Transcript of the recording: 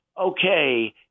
okay